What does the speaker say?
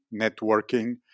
networking